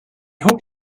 hoped